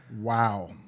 Wow